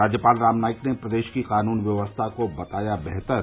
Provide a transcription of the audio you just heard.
राज्यपाल राम नाईक ने प्रदेश की क़ानून व्यवस्था को बताया बेहतर